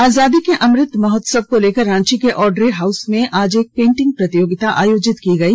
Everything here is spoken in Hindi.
आजादी को अमृत महोत्सव को लेकर रांची के आड़े हाउस मे आज एक पेंटिंग प्रतियोगिता आयोजित की गई